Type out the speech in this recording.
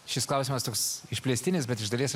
šis klausimas toks išplėstinis bet iš dalies aš